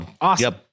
awesome